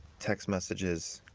text messages,